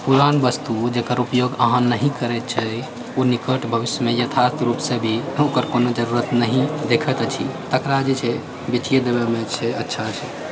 पुरान वस्तु जकर उपयोग अहाँ नहि करैत छै ओ निकट भविष्यमे यथार्थ रूप से भी ओकर कोनो जरूरत नहि देखाइत अछि तकरा जे छै बेचिए देबैमे छै अच्छा छै